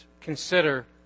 consider